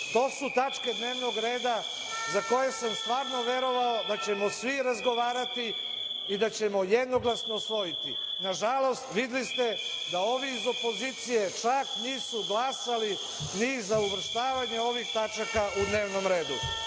To su tačke dnevnog reda za koje sam stvarno verovao da ćemo svi razgovarati i da ćemo jednoglasno usvojiti. Nažalost videli ste da ovi iz opozicije čak nisu glasali ni za uvrštavanje ovih tačaka u dnevni red. Na